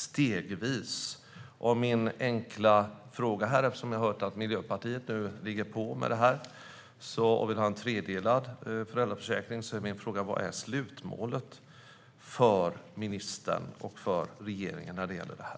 Eftersom jag har hört att Miljöpartiet nu ligger på i fråga om detta och vill ha en tredelad föräldraförsäkring är min enkla fråga: Vad är slutmålet för ministern och för regeringen när det gäller detta?